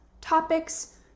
topics